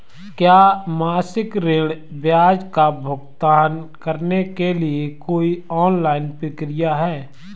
क्या मासिक ऋण ब्याज का भुगतान करने के लिए कोई ऑनलाइन प्रक्रिया है?